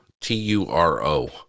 T-U-R-O